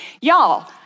Y'all